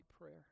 prayer